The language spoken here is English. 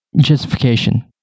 justification